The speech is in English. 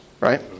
right